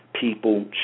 people